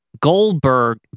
Goldberg